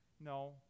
No